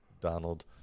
Donald